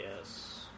yes